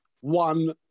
One